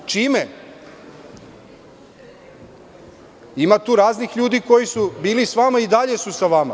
Ima tu raznih ljudi koji su bili sa vama i dalje su sa vama.